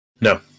No